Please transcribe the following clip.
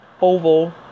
oval